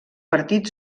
partit